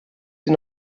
sie